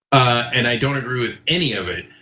and i don't agree with any of it,